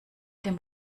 dem